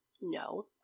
No